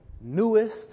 newest